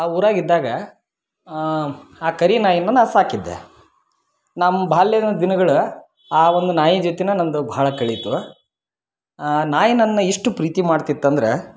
ಆ ಊರಾಗ ಇದ್ದಾಗ ಆ ಕರಿನಾಯಿಯನ್ನ ನಾನು ಸಾಕಿದ್ದೆ ನಮ್ಮ ಬಾಲ್ಯದ ದಿನಗಳು ಆ ಒಂದು ನಾಯಿ ಜೊತೆನೆ ನಂದು ಬಹಳ ಕಳೀತು ಆ ನಾಯಿ ನನ್ನ ಎಷ್ಟು ಪ್ರೀತಿ ಮಾಡ್ತಿತಂದ್ರೆ